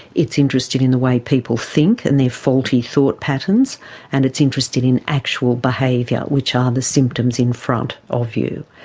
it's interested in the way people think and their faulty thought patterns and it's interested in actual behaviour, which are the symptoms in front of you.